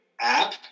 app